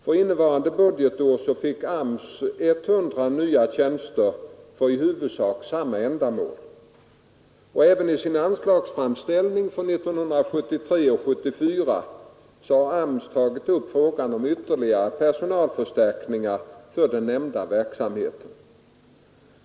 För innevarande budgetår fick AMS 100 nya tjänster för i huvudsak samma ändamål. Även i sin anslagsframställning för 1973 och 1974 har AMS tagit upp frågan om ytterligare personalförstärkningar för nämnda verksamhet.